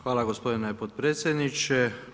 Hvala gospodine potpredsjedniče.